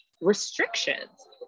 restrictions